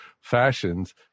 fashions